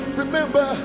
remember